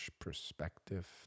perspective